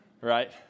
Right